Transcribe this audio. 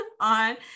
on